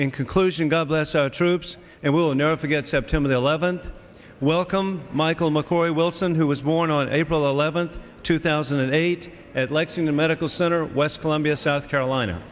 in conclusion god bless our troops and will never forget september eleventh welcome michael mccoy wilson who was born on april eleventh two thousand and eight at lexington medical center west columbia south carolina